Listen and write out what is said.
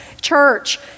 church